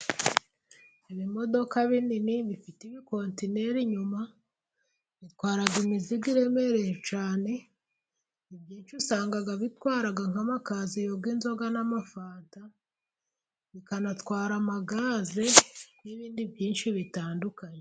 Ibimodoka binini bifite ibikontineri inyuma bitwara imizigo iremereye cyane, ibyinshi usanga bitwara nk' amakaziyo y'inzoga n'amafanta, bikanatwara amagaze n'ibindi byinshi bitandukanye .